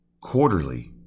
quarterly